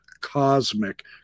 cosmic